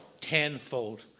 tenfold